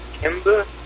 Kimber